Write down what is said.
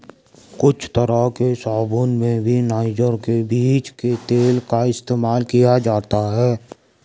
कुछ तरह के साबून में भी नाइजर के बीज के तेल का इस्तेमाल किया जाता है